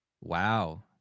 wow